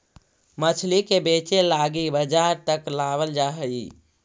मछली के बेचे लागी बजार तक लाबल जा हई